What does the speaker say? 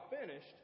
finished